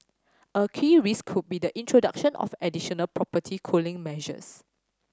a key risk could be the introduction of additional property cooling measures